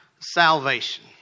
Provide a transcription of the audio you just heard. salvation